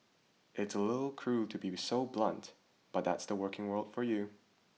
it's a little cruel to be so blunt but that's the working world for you